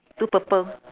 two purple